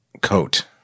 Coat